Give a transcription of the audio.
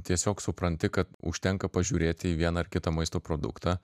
tiesiog supranti kad užtenka pažiūrėti į vieną ar kitą maisto produktą